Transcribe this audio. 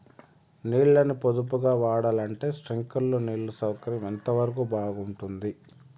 నీళ్ళ ని పొదుపుగా వాడాలంటే స్ప్రింక్లర్లు నీళ్లు సౌకర్యం ఎంతవరకు బాగుంటుంది?